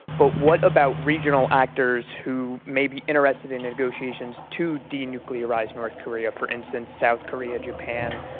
but what about regional actors who may be interested in negotiations to denuclearize north korea? for instance, south korea, japan,